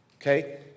Okay